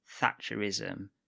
Thatcherism